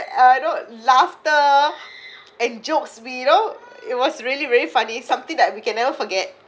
uh you know laughter and jokes we you know it was really really funny it's something that we can never forget